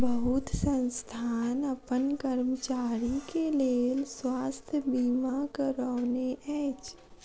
बहुत संस्थान अपन कर्मचारी के लेल स्वास्थ बीमा करौने अछि